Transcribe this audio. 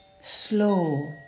slow